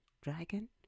dragon